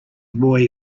boy